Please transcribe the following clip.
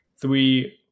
three